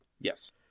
Yes